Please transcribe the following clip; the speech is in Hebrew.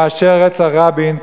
מאשר רצח רבין,